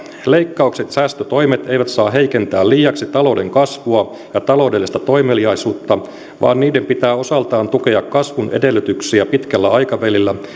leikkaukset ja säästötoimet eivät saa heikentää liiaksi talouden kasvua ja taloudellista toimeliaisuutta vaan niiden pitää osaltaan tukea kasvun edellytyksiä pitkällä aikavälillä